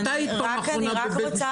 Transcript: מתי היית פעם אחרונה בבית משפט?